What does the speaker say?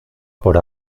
por